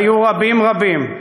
היו רבים רבים,